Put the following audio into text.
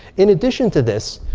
in addition to this,